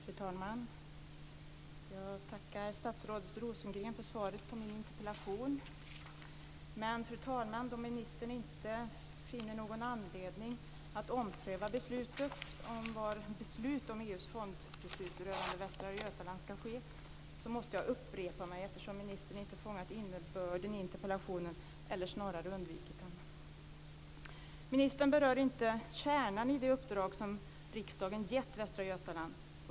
Fru talman! Jag tackar statsrådet Rosengren för svaret på min interpellation. Men, fru talman, då ministern inte finner någon anledning att ompröva beslutet om var beslut om EU:s fondpengar rörande Västra Götaland ska fattas måste jag upprepa mig. Ministern har inte fångat innebörden i interpellationen eller snarare undvikit den. Ministern berör inte kärnan i det uppdrag som riksdagen gett Västra Götaland.